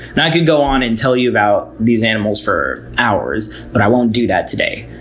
i could go on and tell you about these animals for hours, but i won't do that today.